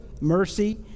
mercy